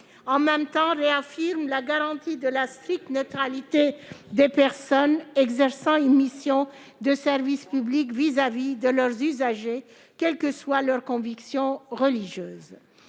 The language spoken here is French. en même temps à réaffirmer la garantie de la stricte neutralité des personnes exerçant une mission de service public à l'égard des usagers, quelles que soient leurs convictions religieuses.